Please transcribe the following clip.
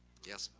yes,